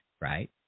right